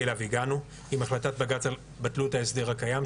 אליו הגענו עם החלטת בג"ץ על בטלות ההסדר הקיים,